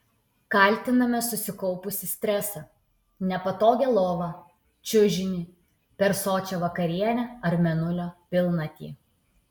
kaltiname susikaupusį stresą nepatogią lovą čiužinį per sočią vakarienę ar mėnulio pilnatį